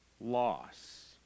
loss